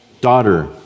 Daughter